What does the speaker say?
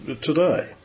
today